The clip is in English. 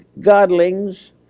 godlings